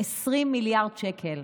20 מיליארד שקל.